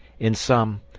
in some,